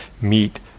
meet